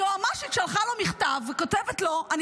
היועמ"שית שלחה לו מכתב וכותבת לו: אני